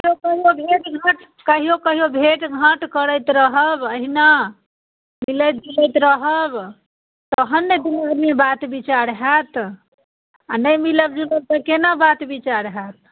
कहिओ कहिओ भेट घाँट कहिओ कहिओ भेट घाँट करैत रहब अहिना मिलैत जुलैत रहब तहन ने दूनू आदमी बात विचार होयत आ नहि मिलब जुलब तऽ केना बात विचार होयत